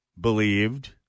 believed